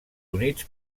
units